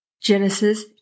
Genesis